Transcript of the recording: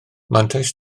mantais